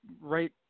right